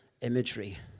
imagery